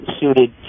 suited